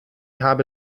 habe